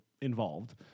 involved